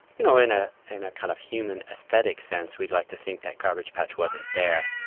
you know, in ah in a kind of human aesthetic sense we'd like to think that garbage patch wasn't there.